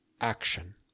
action